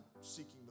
seeking